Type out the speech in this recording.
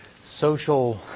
social